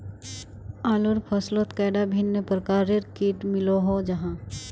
आलूर फसलोत कैडा भिन्न प्रकारेर किट मिलोहो जाहा?